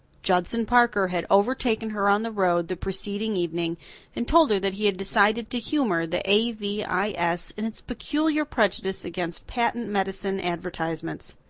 judson parker had overtaken her on the road the preceding evening and told her that he had decided to humor the a v i s. in its peculiar prejudice against patent medicine advertisements.